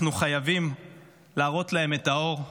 אנחנו חייבים להראות להם את האור.